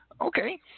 Okay